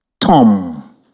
tom